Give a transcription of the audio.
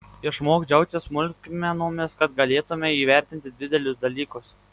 išmok džiaugtis smulkmenomis kad galėtumei įvertinti didelius dalykus